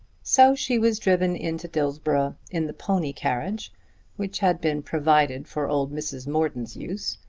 so she was driven into dillsborough in the pony carriage which had been provided for old mrs. morton's use,